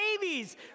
babies